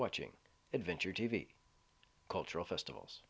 watching adventure t v cultural festivals